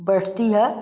बैठती है